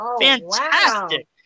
Fantastic